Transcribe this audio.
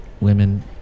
women